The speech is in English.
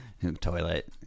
Toilet